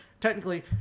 Technically